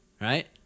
Right